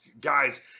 guys